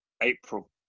April